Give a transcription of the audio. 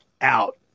out